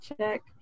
check